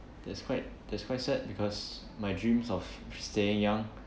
that's quite that's quite sad because my dreams of staying young